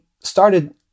started